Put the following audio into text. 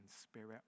spirit